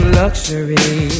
luxury